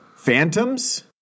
Phantoms